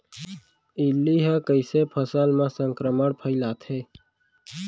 इल्ली ह कइसे फसल म संक्रमण फइलाथे?